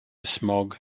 smog